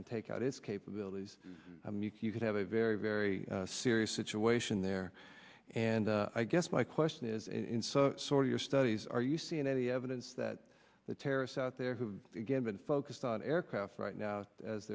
and take out its capabilities you could have a very very serious situation there and i guess my question is in sort of your studies are you seeing any evidence that the terrorists out there who again been focused on aircraft right now as